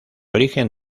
origen